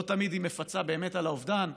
לא תמיד היא מפצה באמת על האובדן,